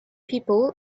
people